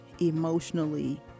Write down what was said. emotionally